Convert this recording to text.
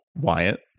Wyatt